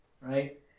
right